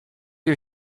you